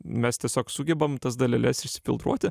mes tiesiog sugebam tas daleles išsifiltruoti